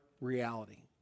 reality